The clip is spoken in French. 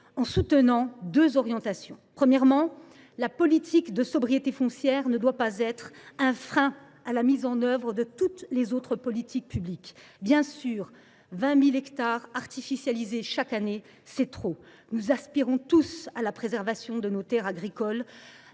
en soutenant deux orientations. Premièrement, la politique de sobriété foncière ne doit pas être un frein à la mise en œuvre de toutes les autres politiques publiques. Bien entendu, 20 000 hectares artificialisés chaque année, c’est trop ! Nous aspirons tous à la préservation de nos terres agricoles